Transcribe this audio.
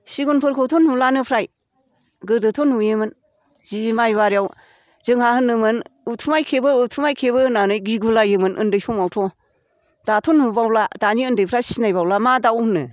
सिगुनफोरखौथ' नुलानो फ्राय गोदोथ' नुयोमोन जि माइ बारियाव जोंहा होनोमोन उथुमाइ खेबो उथुमाइ खेबो होननानै गिगुलायोमोन उन्दै समावथ' दाथ' नुबावला दानि उन्दैफ्रा सिनायबावला मा दाउ होनो